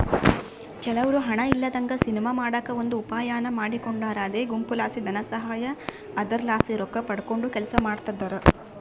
ಕೆಲವ್ರು ಹಣ ಇಲ್ಲದಂಗ ಸಿನಿಮಾ ಮಾಡಕ ಒಂದು ಉಪಾಯಾನ ಮಾಡಿಕೊಂಡಾರ ಅದೇ ಗುಂಪುಲಾಸಿ ಧನಸಹಾಯ, ಅದರಲಾಸಿ ರೊಕ್ಕಪಡಕಂಡು ಕೆಲಸ ಮಾಡ್ತದರ